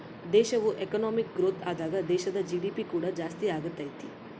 ದೇಶವು economic growth ಆದಾಗ ದೇಶದ ಜಿ.ಡಿ.ಪಿ ಕೂಡ ಜಾಸ್ತಿಯಾಗತೈತೆ